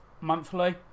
monthly